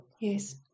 yes